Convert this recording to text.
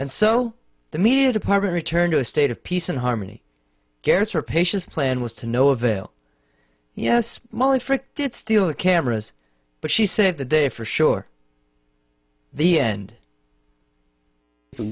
and so the media department return to a state of peace and harmony gets her patients plan was to no avail yes molly frick did steal the cameras but she said the day for sure the end i